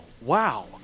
wow